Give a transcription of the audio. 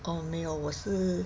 哦没有我是 mei you wo shi